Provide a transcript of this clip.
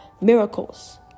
miracles